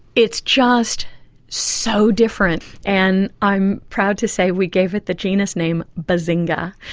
it's just so different. and i'm proud to say we gave it the genus name bazinga.